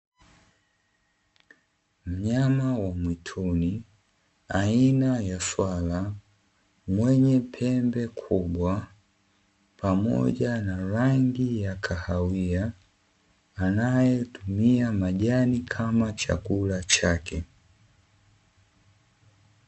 Mnyama wa mwituni aina ya swala mwenye pembe kubwa, pamoja na rangi ya kahawia anayetumia majani kama chakula chake.